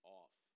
off